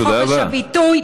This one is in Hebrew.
לחופש הביטוי,